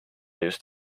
just